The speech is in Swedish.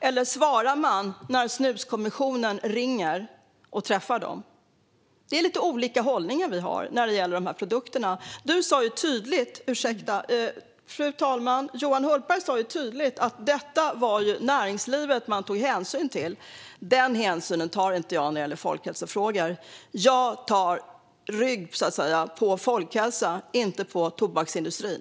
Eller svarar man när Snuskommissionen ringer och träffar dem sedan? Vi har lite olika hållning när det gäller de här produkterna. Johan Hultberg sa tydligt att det var näringslivet man tog hänsyn till när det gäller detta. Den hänsynen tar inte jag när det gäller folkhälsofrågor. Jag tar rygg på folkhälsan, inte på tobaksindustrin.